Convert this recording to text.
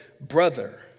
brother